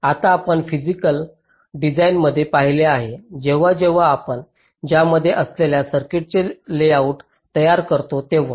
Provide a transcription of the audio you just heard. आता आपण फिसिकल डिझाइनमध्ये पाहिले आहे जेव्हा जेव्हा आपण त्यामध्ये असलेल्या सर्किटचे लेआउट तयार करतो तेव्हा